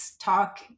talk